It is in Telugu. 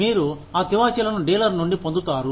మీరు ఆ తివాచీలను డీలర్ నుండి పొందుతారు